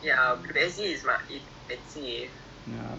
business ideas